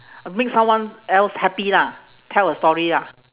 uh make someone else happy lah tell a story ah